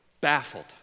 baffled